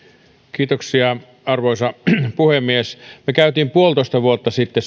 arvoisa puhemies me kävimme suunnilleen puolitoista vuotta sitten